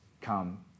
come